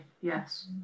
yes